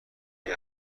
کلی